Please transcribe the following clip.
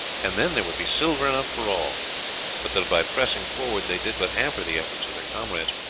and then there would be silver enough for all but that by pressing forward they did but hamper the efforts of their comrades.